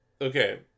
okay